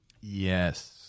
Yes